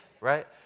right